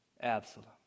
Absalom